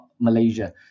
Malaysia